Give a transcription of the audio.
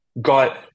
got